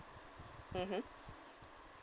mmhmm